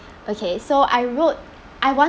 okay so I wrote I wanted